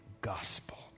gospel